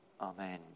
Amen